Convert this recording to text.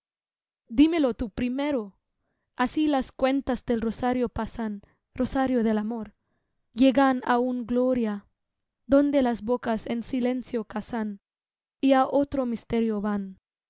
dímélo tú primero así las cuentas del rosario pasan rosario del amor llegan á un gloria donde las bocas en silencio casan y á otro misterio van